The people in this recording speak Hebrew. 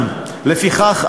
לפיכך,